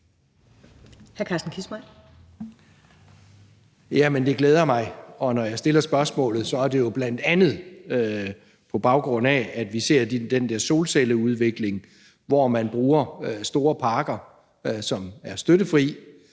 (V): Det glæder mig. Og når jeg stiller spørgsmålet, er det jo bl.a., på baggrund af at vi ser den der udvikling i solcellerne. Når man bruger store parker, som er støttefri,